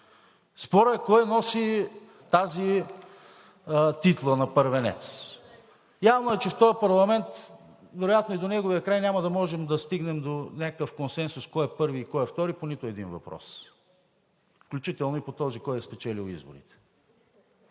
Спорът е кой носи тази титла на първенец? Явно е, че в този парламент, вероятно и до неговия край, няма да можем да стигнем до някакъв консенсус кой е първи и кой е втори по нито един въпрос, включително и по този кой е спечелил изборите.